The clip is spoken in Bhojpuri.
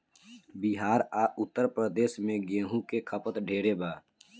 बिहार आ उत्तर प्रदेश मे गेंहू के खपत ढेरे बा